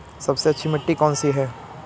सबसे अच्छी मिट्टी कौन सी है?